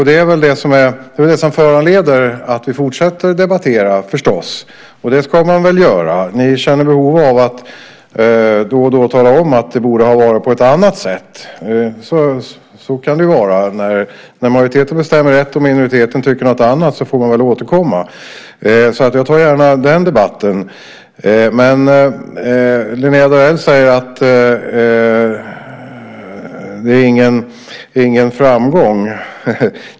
Det är väl det som föranleder att vi fortsätter att debattera detta förstås, och det ska vi väl göra. Ni känner behov av att då och då tala om att det borde ha varit på ett annat sätt. Så kan det ju vara. När majoriteten bestämmer ett och minoriteten tycker något annat får man väl återkomma. Jag tar gärna den debatten. Linnéa Darell säger att det inte är någon framgång.